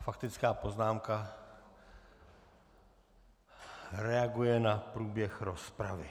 Faktická poznámka reaguje na průběh rozpravy.